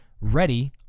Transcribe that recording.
ready